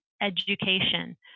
education